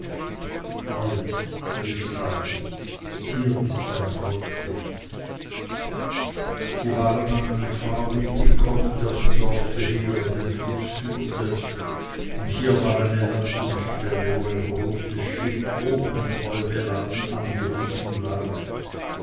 halt rief sali hier ist dein brautbett sie waren an einen fahrweg gekommen der vom dorfe her an den fluß führte und hier war eine landungsstelle wo ein großes schiff hoch mit heu beladen angebunden lag